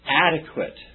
adequate